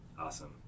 Awesome